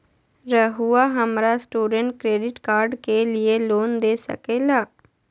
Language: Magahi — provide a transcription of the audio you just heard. रहुआ हमरा स्टूडेंट क्रेडिट कार्ड के लिए लोन दे सके ला?